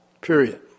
period